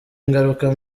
ingaruka